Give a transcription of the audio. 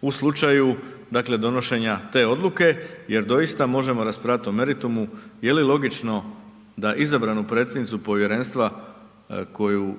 u slučaju dakle donošenja te odluke jer doista možemo raspravljati o meritumu, je li logično da izabranu predsjednicu povjerenstva koja